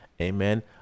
amen